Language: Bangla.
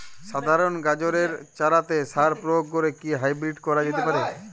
সাধারণ গাজরের চারাতে সার প্রয়োগ করে কি হাইব্রীড করা যেতে পারে?